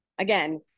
again